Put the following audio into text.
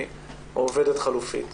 או עובדת חלופיים.